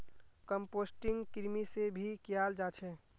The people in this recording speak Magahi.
कम्पोस्टिंग कृमि से भी कियाल जा छे